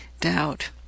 doubt